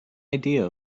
idea